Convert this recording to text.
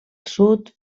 sud